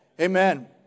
Amen